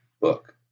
book